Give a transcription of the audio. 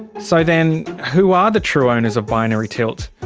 so then, who are the true owners of binary tilt?